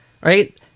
right